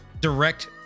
direct